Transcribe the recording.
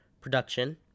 production